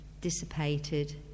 dissipated